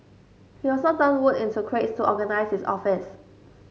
he also turned wood into crates to organise his office